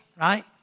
right